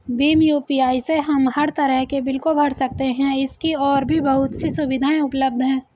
Bhim UPI से हम हर तरह के बिल को भर सकते है, इसकी और भी बहुत सी सुविधाएं उपलब्ध है